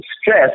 stress